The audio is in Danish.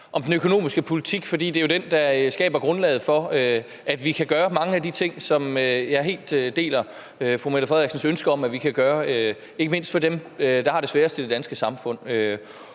om den økonomiske politik, for det er jo den, der skaber grundlaget for, at vi kan gøre mange af de ting, som jeg helt deler fru Mette Frederiksens ønske om at vi skal, ikke mindst for dem, der har det sværest i det danske samfund.